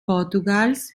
portugals